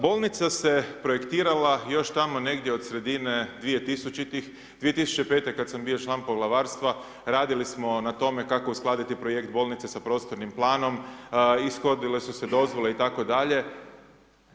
Bolnica se projektirala još tamo negdje od sredine 2000-itih, 2005. kad sam bio član Poglavarstva radili smo na tome kako uskladiti projekt bolnice sa Prostornim planom, ishodile su se dozvole i tako dalje.